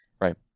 right